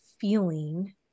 feeling